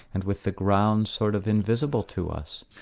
and with the ground sort of invisible to us.